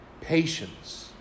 Patience